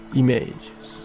images